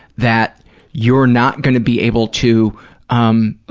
that you're not going to be able to um